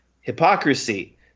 hypocrisy